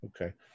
Okay